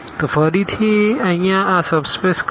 તો અહિયાં ફરીથી આ સબ સ્પેસકયા છે